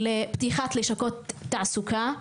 לפתיחת לשכות תעסוקה.